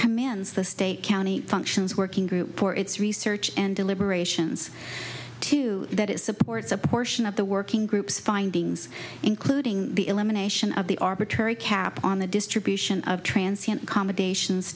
commands the state county functions working group or its research and deliberations to that it supports a portion of the working groups findings including the elimination of the arbitrary cap on the distribution of transience commendations